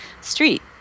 street